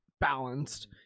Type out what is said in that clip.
balanced